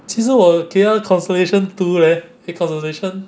其实我 kayo constellation two eh eh constellation